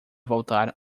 voltar